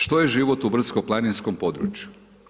Što je život u brdsko planinskom području?